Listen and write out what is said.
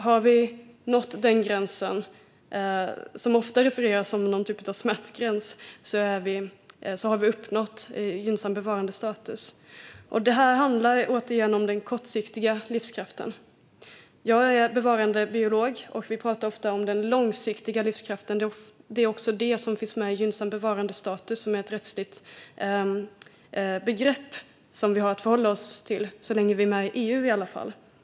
Har vi nått den gränsen, som ofta refereras som någon typ av smärtgräns, så har vi uppnått gynnsam bevarandestatus. Det här handlar återigen om den kortsiktiga livskraften. Jag är bevarandebiolog. Vi pratar ofta om den långsiktiga livskraften, och det är också det som finns med i det rättsliga begreppet gynnsam bevarandestatus, som vi har att förhålla oss till i alla fall så länge vi är med i EU.